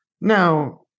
Now